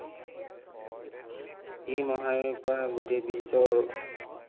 এই মহামাৰীৰ পৰা গোটেই বিশ্বৰ